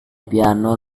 piano